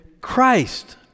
Christ